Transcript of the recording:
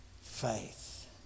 Faith